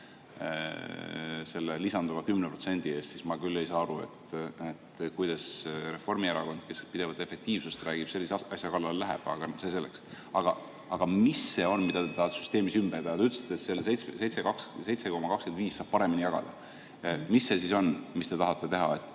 selle lisanduva 10% eest, siis ma küll ei saa aru, kuidas Reformierakond, kes pidevalt efektiivsusest räägib, sellise asja kallale läheb. Aga see selleks. Aga mis see on, mida te tahate süsteemis ümber teha? Te ütlesite, et selle 7,25 miljonit saab paremini jagada. Mis see siis on, mis te tahate teha,